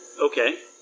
Okay